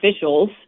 officials